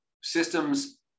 systems